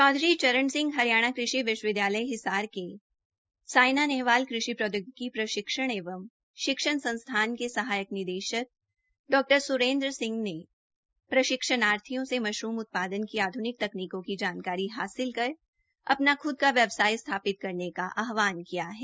चौधरी चरण सिंह हरियाणा कृषि विश्वविद्यालय हिसार के सायना नेहवाल कृषि प्रौदयोगिकी प्रशिक्षण एवं शिक्षण संस्थान के सहायक निदेशक बागवानी डा स्रेन्द्र सिंह ने प्रशिक्षणार्थियों से मशरूम उत्पादन की आध्निक तकनीकों की जानकारी हासिल कर अपना ख्द का व्यवसाय स्थापित करने का आहवान किया है